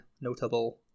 notable